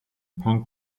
punk